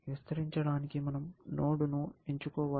విస్తరించడానికి మనం నోడ్ను ఎంచుకోవాలి